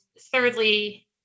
thirdly